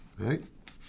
Right